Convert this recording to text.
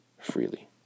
freely